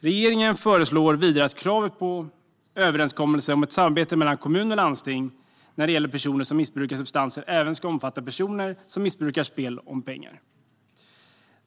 Regeringen föreslår vidare att kravet på överenskommelse om ett samarbete mellan kommun och landsting när det gäller personer som missbrukar substanser även ska omfatta personer som missbrukar spel om pengar.